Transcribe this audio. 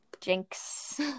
Jinx